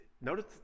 notice